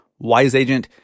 wiseagent